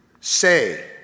say